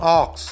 ox